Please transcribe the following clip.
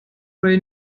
ray